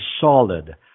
solid